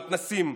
המתנ"סים,